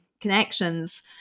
connections